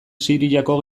siriako